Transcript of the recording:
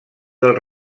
del